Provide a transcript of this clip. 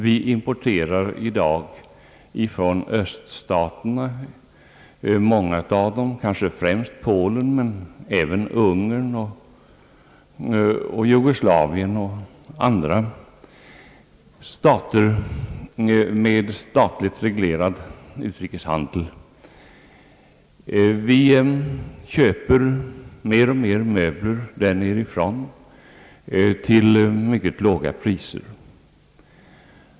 Vi importerar i dag från många av öststaterna, kanske främst Polen men även Ungern och Jugoslavien och andra länder med statligt reglerad utrikeshandel. Vi köper mer och mer möbler därifrån till mycket låga priser.